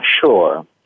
Sure